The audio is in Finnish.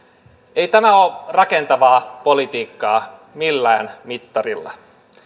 ei tämä ole rakentavaa politiikkaa millään mittarilla